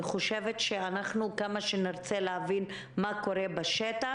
כמה שנרצה להבין מה קורה בשטח,